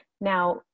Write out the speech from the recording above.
Now